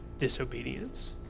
disobedience